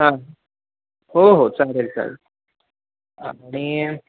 हां हो हो चालेल चालेल आणि